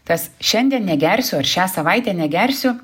tas šiandien negersiu ar šią savaitę negersiu